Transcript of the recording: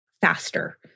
faster